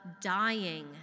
dying